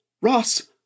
Ross